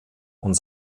und